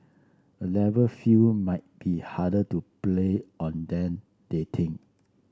A Level field might be harder to play on than they think